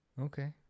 Okay